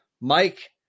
Mike